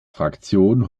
fraktion